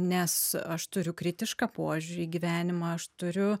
nes aš turiu kritišką požiūrį į gyvenimą aš turiu